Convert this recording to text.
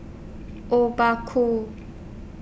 Obaku